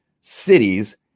cities